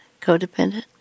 codependent